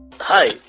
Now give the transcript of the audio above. Hi